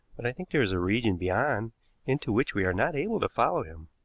but i think there is a region beyond into which we are not able to follow him.